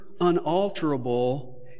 unalterable